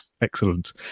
excellent